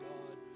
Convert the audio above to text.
God